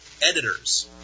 Editors